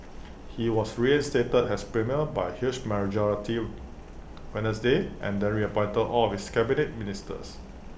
he was reinstated as premier by huge majority Wednesday and the reappointed all of his Cabinet Ministers